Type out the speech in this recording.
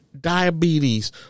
diabetes